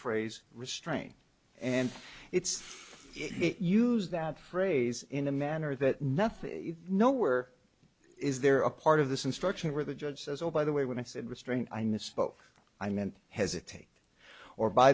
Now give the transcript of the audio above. phrase restraint and it's used that phrase in a manner that nothing nowhere is there a part of this instruction where the judge says oh by the way when i said restraint i misspoke i meant hesitate or by